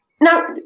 now